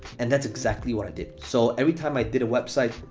and that's exactly what i did. so, every time i did a website,